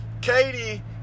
Katie